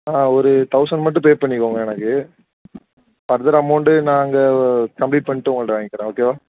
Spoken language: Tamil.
ஆ ஒரு தௌசண்ட் மட்டும் பே பண்ணிக்கோங்க எனக்கு ஃபர்தர் அமெளண்டு நான் அங்கே கம்ப்ளீட் பண்ணிட்டு உங்கள்கிட்ட வாங்கிக்கிறேன் ஓகேவா